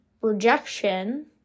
rejection